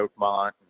Oakmont